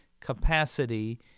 capacity